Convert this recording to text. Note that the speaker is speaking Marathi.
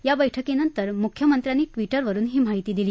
या बैठकीनंतर मुख्यमंत्र्यांनी ट्विटरवरुन ही माहिती दिली